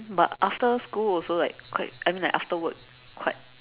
but after school also like quite I mean like after work quite